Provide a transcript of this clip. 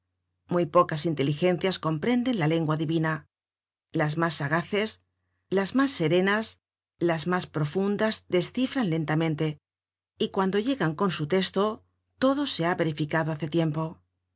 muy pocas inteligencias comprenden la lengua divina las mas sagaces las mas serenas las mas profundas descifran lentamente y cuando llegan con su testo todo se ha verificado hace tiempo hay